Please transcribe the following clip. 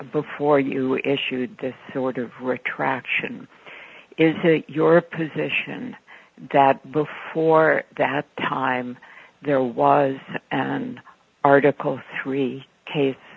before you issued this order of retraction is it your position that before that time there was an article three ca